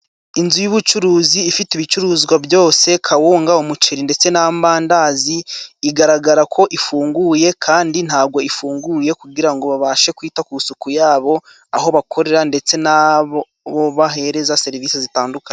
Inzu y'ubucuruzi ifite ibicuruzwa byose kawunga ,umuceri ndetse n'amandazi, igaragara ko ifunguye kandi ntagwo ifunguye kugira ngo babashe kwita ku isuku yabo aho bakorera ndetse n'abo bobahereza serivisi zitandukanye.